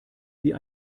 wie